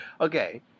okay